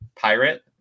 Pirate